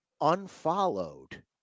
unfollowed